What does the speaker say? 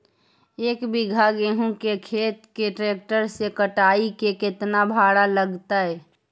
एक बिघा गेहूं के खेत के ट्रैक्टर से कटाई के केतना भाड़ा लगतै?